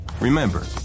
remember